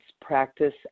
practice